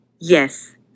Yes